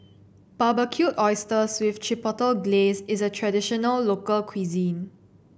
Barbecued Oysters with Chipotle Glaze is a traditional local cuisine